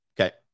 Okay